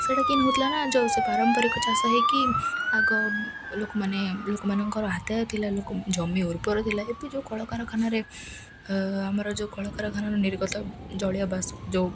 ସେଇଟା କିନ୍ ହେଉଥିଲା ନା ଯେଉଁ ସେ ପାରମ୍ପରିକ ଚାଷ ହେଇକି ଆଗ ଲୋକମାନେ ଲୋକମାନଙ୍କର ଆଦାୟ ଥିଲା ଲୋକ ଜମି ଉର୍ବର ଥିଲା ଏବେ ଯେଉଁ କଳକାରଖାନାରେ ଆମର ଯେଉଁ କଳକାରଖାନାର ନିର୍ଗତ ଜଳୀୟବାଷ୍ପ ଯେଉଁ